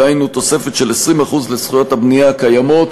דהיינו תוספת של 20% לזכויות הבנייה הקיימות,